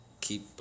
keep